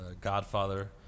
godfather